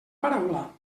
paraula